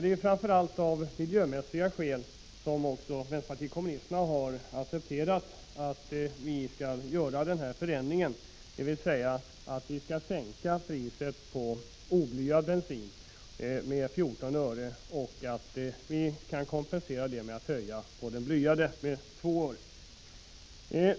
Det är framför allt av miljömässiga skäl som också vänsterpartiet kommunisterna har accepterat att vi nu skall göra den föreslagna förändringen, dvs. att vi sänker priset på blyfri bensin med 14 öre och kompenserar detta med att höja priset på blyhaltig bensin med 2 öre.